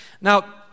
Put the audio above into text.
Now